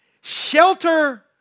shelter